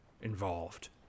involved